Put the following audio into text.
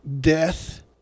death